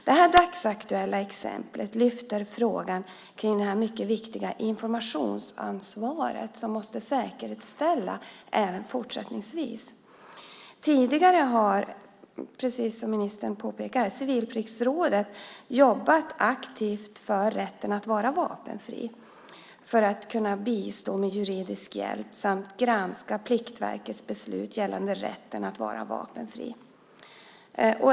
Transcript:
Det här dagsaktuella exemplet lyfter fram frågan om det mycket viktiga informationsansvaret, som måste säkerställas även fortsättningsvis. Tidigare har, precis som ministern påpekar, Civilpliktsrådet jobbat aktivt för rätten att vara vapenfri, för att kunna bistå med juridisk hjälp samt för att granska Pliktverkets beslut gällande rätten att vara vapenfri.